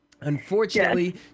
Unfortunately